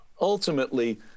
Ultimately